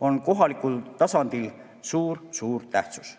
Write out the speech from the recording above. on kohalikul tasandil suur-suur tähtsus.